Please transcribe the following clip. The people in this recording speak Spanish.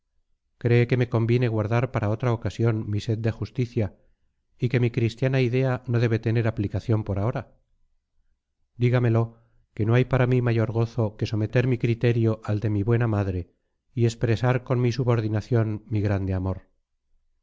cree que me conviene guardar para otra ocasión mi sed de justicia y que mi cristiana idea no debe tener aplicación por ahora dígamelo que no hay para mí mayor gozo que someter mi criterio al de mi buena madre y expresar con mi subordinación mi grande amor